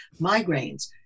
migraines